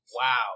Wow